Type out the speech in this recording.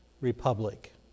republic